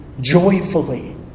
joyfully